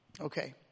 okay